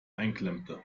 einklemmte